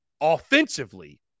offensively